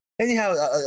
Anyhow